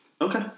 Okay